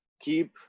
Keep